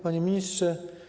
Panie Ministrze!